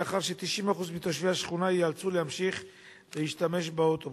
מאחר ש-90% מתושבי השכונה ייאלצו להמשיך להשתמש באוטובוס.